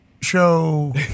show